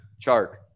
Chark